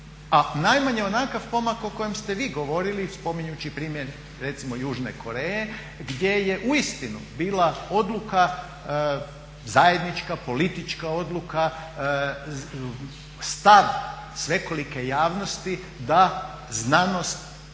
najmanje onakav pomak o kojem ste vi govorili spominjujući primjer recimo Južne Koreje gdje je uistinu bila odluka zajednička politička odluka, stav svekolike javnosti da znanost